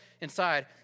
inside